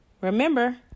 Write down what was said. Remember